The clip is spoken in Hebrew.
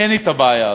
אין הבעיה הזאת.